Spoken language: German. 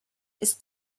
ist